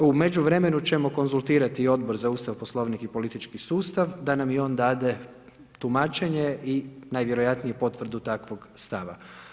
U međuvremenu, ćemo konzultirati Odbor za Ustav, Poslovnik i politički sustav, da nam i on dade tumačenje i najvjerojatnije potvrdu takvog stava.